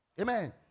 amen